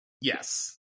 Yes